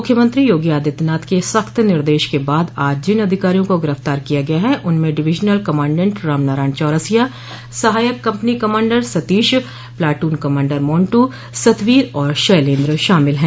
मुख्यमंत्री योगी आदित्यनाथ के सख्त निर्देश के बाद आज जिन अधिकारियों को गिरफ़्तार किया गया है उनमें डिवीजनल कमांडेंट राम नारायण चौरसिया सहायक company commander Satish platoon commander Montu Satveer और शैलेंद्र शामिल है